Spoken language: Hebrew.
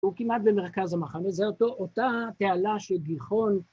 הוא כמעט במרכז המחנה, זה אותו.. אותה תעלה של גיחון.